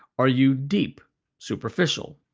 are you deep? superficial?